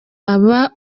aba